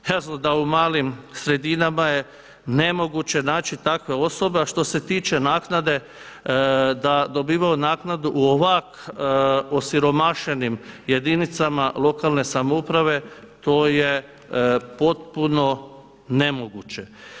Jasno da u malim sredinama je nemoguće naći takve osobe, a što se tiče naknade da dobivaju naknadu u ovak' osiromašenim jedinicama lokalne samouprave to je potpuno nemoguće.